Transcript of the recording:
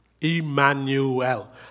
Emmanuel